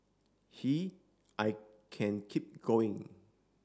he I can keep going